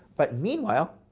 but meanwhile,